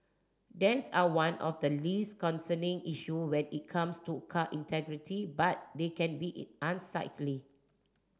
dents are one of the least concerning issue when it comes to car integrity but they can be unsightly